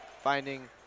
Finding